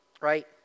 right